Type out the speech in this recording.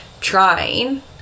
trying